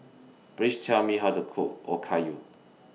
Please Tell Me How to Cook Okayu